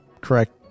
correct